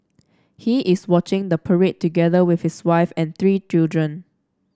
he is watching the parade together with his wife and three children